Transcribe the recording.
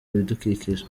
ibidukikije